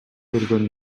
көргөн